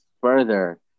further